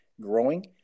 growing